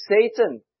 Satan